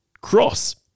cross